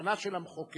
הכוונה של המחוקק,